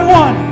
one